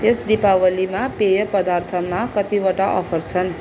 यस दीपावलीमा पेय पदार्थमा कतिवटा अफर छन्